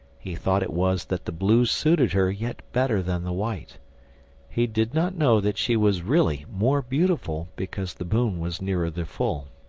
he thought it was that the blue suited her yet better than the white he did not know that she was really more beautiful because the moon was nearer the full.